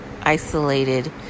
isolated